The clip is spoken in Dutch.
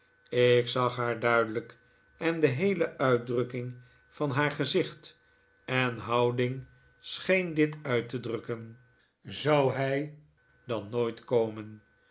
ik zag haar duidelijk en de heele uitdrukking van haar gezicht en houding scheen dit uit te drukken zou hij dan nooit komen